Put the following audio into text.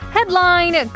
Headline